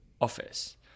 office